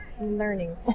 learning